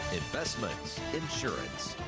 investment, insurance.